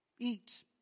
Eat